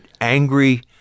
angry